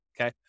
Okay